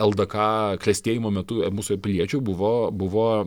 ldk klestėjimo metu mūsų piliečių buvo buvo